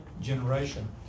generation